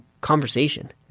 conversation